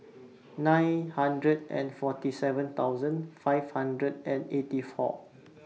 nine hundred and forty seven thousand five hundred and eighty four